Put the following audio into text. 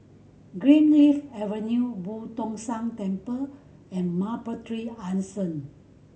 Greenleaf Avenue Boo Tong San Temple and Mapletree Anson